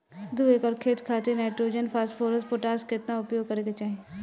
दू एकड़ खेत खातिर नाइट्रोजन फास्फोरस पोटाश केतना उपयोग करे के चाहीं?